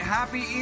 Happy